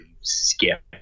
skip